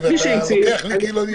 מי שהצהיר,